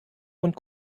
und